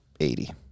Eighty